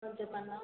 Raja ପାନ